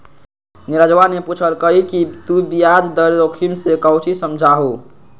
नीरजवा ने पूछल कई कि तू ब्याज दर जोखिम से काउची समझा हुँ?